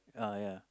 uh yeah